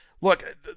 look